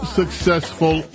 successful